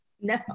No